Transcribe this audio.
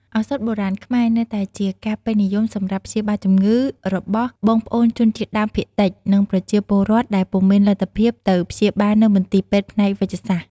ឱសថបុរាណខ្មែរ នៅតែជាការពេញនិយមសម្រាប់ព្យាបាលជំងឺ របស់បងប្អូនជនជាតិដើមភាគតិច និង ប្រជាពលរដ្ឋដែលពុំមានលទ្ធភាពទៅព្យាបាលនៅមន្ទីរពេទ្យផ្នែកវេជ្ជសាស្រ្ត។